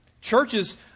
Churches